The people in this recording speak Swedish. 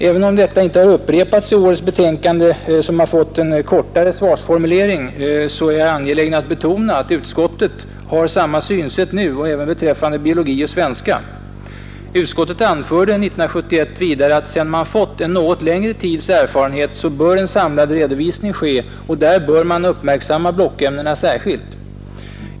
Även om detta inte har upprepats i årets betänkande, som har fått en kortare svarsformulering, är jag angelägen att betona att utskottet har samma synsätt nu, också beträffande biologi och svenska. Utskottet anförde 1971 vidare att sedan man fått en något längre tids erfarenhet bör en samlad redovisning ske, och därvid bör man uppmärksamma blockämnena särskilt.